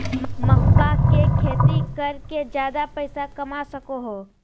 मक्का के खेती कर के ज्यादा पैसा कमा सको हो